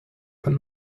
von